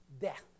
death